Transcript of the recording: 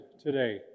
today